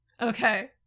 Okay